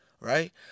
right